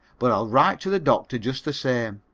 but i'll write to the doctor just the same.